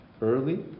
early